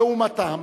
לעומתם,